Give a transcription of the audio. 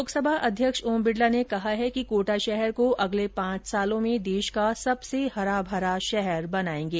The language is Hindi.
लोकसभा अध्यक्ष ओम बिडला ने कहा है कि कोटा शहर को अगले पांच साल में देश का सबसे हराभरा शहर बनायेंगे